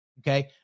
Okay